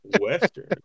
Western